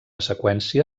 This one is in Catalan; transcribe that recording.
seqüència